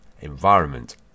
environment